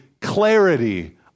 clarity